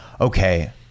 okay